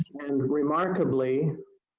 and remarkably,